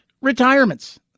retirements